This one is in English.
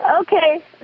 Okay